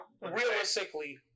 Realistically